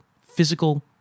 physical